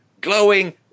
glowing